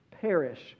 perish